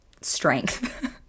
strength